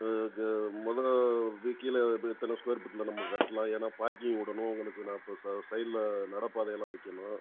அதுக்கு முதல்ல இப்போ கீழே இப்போ எத்தனை ஸ்கொயர் ஃபீட்ல நம்ம கட்டலாம் ஏன்னா பார்க்கிங் விடணும் உங்களுக்கு நான் இப்போ ச சைடில் நடப்பதை எல்லாம் வைக்கணும்